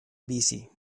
busy